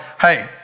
hey